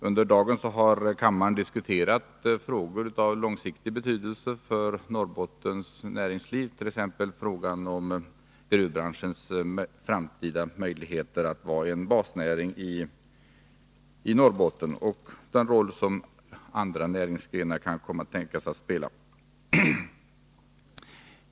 Under dagen har kammaren diskuterat frågor av långsiktig betydelse för Norrbottens näringsliv, t.ex. frågan om gruvbranschens framtida möjligheter att vara en basnäring i Norrbotten och den roll som andra näringsgrenar kan tänkas komma att spela.